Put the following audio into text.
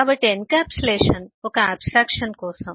కాబట్టి ఎన్క్యాప్సులేషన్ ఒక ఆబ్స్ట్రాక్షన్ కోసం